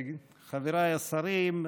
חבריי השרים,